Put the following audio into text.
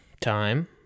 Time